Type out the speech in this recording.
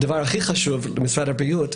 הדבר הכי חשוב, משרד הבריאות.